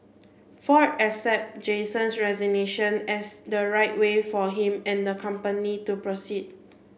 ford accepted Jason's resignation as the right way for him and the company to proceed